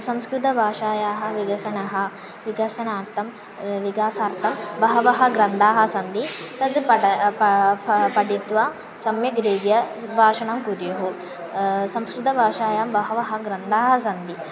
संस्कृतभाषायाः विकसनं विकसनार्थं विकासार्थं बहवः ग्रन्थाः सन्ति तद् पटः पा फा पठित्वा सम्यग्रीत्या भाषणं कुर्युः संस्कृतभाषायां बहवः ग्रन्थाः सन्ति